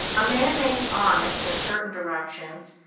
a man may be honest in certain directions,